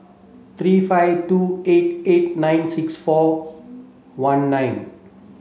three five two eight eight nine six four one nine